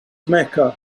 mecca